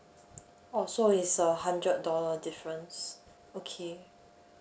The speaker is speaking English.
oh so it's a hundred dollar difference okay